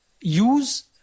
use